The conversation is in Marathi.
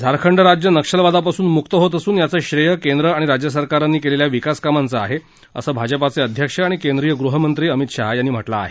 झारखंड राज्य नक्षलवादापासून मुक्त होत असून याचं श्रेय केंद्र आणि राज्य सरकारांनी केलेल्या विकासकामांचं आहे असं भाजपा अध्यक्ष आणि केंद्रीय गृहमंत्री अमित शहा यांनी म्हटलं आहे